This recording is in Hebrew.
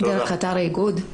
לכאוב,